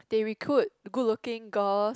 they recruit good looking girls